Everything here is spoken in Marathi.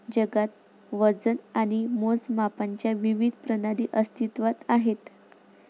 जगात वजन आणि मोजमापांच्या विविध प्रणाली अस्तित्त्वात आहेत